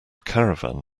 caravan